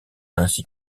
ainsi